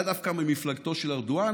הוא היה דווקא ממפלגתו של ארדואן,